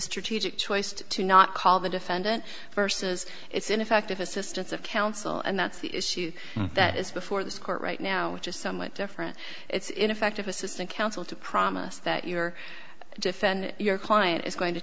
strategic choice to not call the defendant versus it's ineffective assistance of counsel and that's the issue that is before this court right now which is somewhat different it's ineffective assistant counsel to promise that you are defend your client is going to